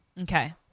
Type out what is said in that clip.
Okay